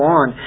on